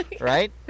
right